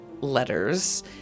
letters